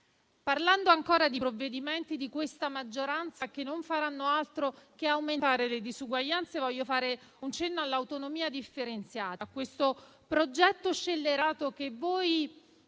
Parlando ancora dei provvedimenti della maggioranza, che non faranno altro che aumentare le disuguaglianze, voglio fare un cenno all'autonomia differenziata, un progetto scellerato che provate